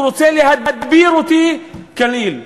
רוצה להדביר אותי כליל.